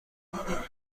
میکنم